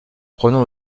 prenons